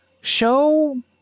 show